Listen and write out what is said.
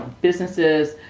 businesses